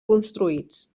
construïts